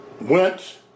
went